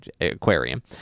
aquarium